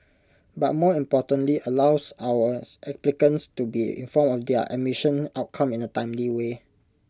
but more importantly allows our as applicants to be informed of their admission outcome in A timely way